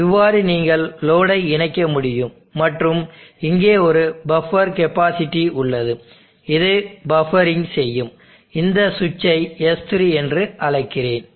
இவ்வாறு நீங்கள் லோடை இணைக்க முடியும் மற்றும் இங்கே ஒரு பஃப்பர் கெப்பாசிட்டி உள்ளது இது பஃப்பரிங் செய்யும் இந்த சுவிட்சை S3 என்று அழைக்கிறேன்